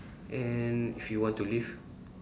and if you want to live